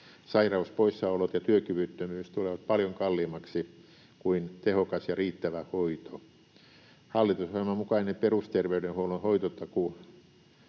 Sairauspoissaolot ja työkyvyttömyys tulevat paljon kalliimmaksi kuin tehokas ja riittävä hoito. Hallitusohjelman mukainen peruster- veydenhuollon hoitotakuu